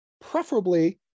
preferably